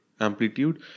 amplitude